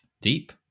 deep